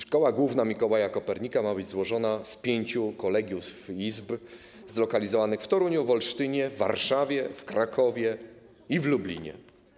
Szkoła Główna Mikołaja Kopernika ma być złożona z pięciu kolegiów izb zlokalizowanych w Toruniu, w Olsztynie, w Warszawie, w Krakowie i w Lublinie.